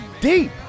deep